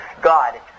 God